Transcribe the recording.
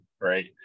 right